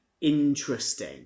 interesting